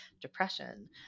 depression